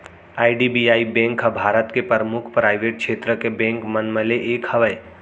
IDBI bank ह भारत के परमुख पराइवेट छेत्र के बेंक मन म ले एक हवय